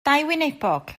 dauwynebog